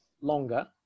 longer